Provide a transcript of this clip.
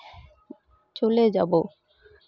ᱪᱚᱞᱮ ᱡᱟᱵᱚ